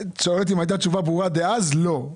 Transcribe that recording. אתה שואל אותי אם הייתה תשובה ברורה דאז, לא.